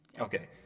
Okay